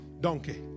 donkey